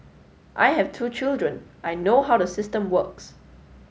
I have two children I know how the system works